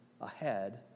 ahead